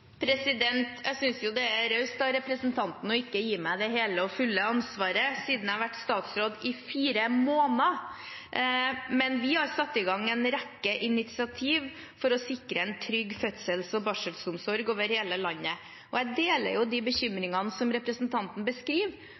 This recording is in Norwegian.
Jeg synes jo det er raust av representanten å ikke gi meg det hele og fulle ansvaret, siden jeg har vært statsråd i fire måneder. Men vi har satt i gang en rekke initiativ for å sikre en trygg fødsels- og barselomsorg over hele landet. Jeg deler de bekymringene som representanten beskriver,